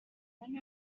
ran